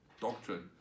doctrine